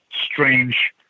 strange